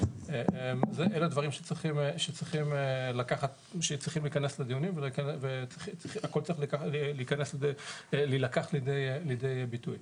אלה דברים שצריכים להכנס לדיונים והכל צריך להילקח לידי ביטוי.